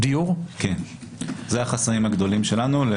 זה החסמים הגדולים שלנו.